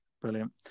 Brilliant